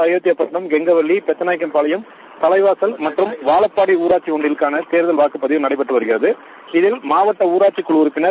Ayothiapattinam Gangavalli Pethanaickenpalayam Thalaivasal Vazhapadi ஊராட்சி ஒன்றியங்களுக்கான வாக்குப்பதிவு நடைபெற்று வருகிறது இதில் மாவட்ட ஊராட்சிக்குழு உறுப்பினர்